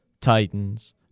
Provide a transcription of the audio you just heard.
Titans